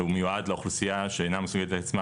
שהוא מיועד לאוכלוסייה שאינה מסוגלת לעצמה